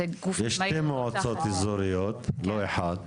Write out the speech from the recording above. יש שתי מועצות אזורית, לא אחד.